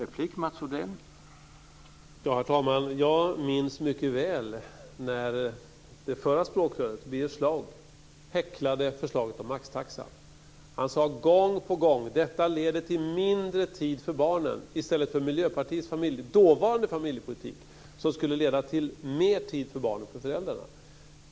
Herr talman! Jag minns mycket väl när förra språkröret Birger Schlaug häcklade förslaget om maxtaxa. Gång på gång sade han: Detta leder till mindre tid för barnen; detta i stället för Miljöpartiets dåvarande familjepolitik som skulle leda till att föräldrarna hade mer tid för barnen.